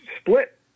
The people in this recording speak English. split